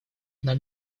нам